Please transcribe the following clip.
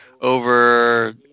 over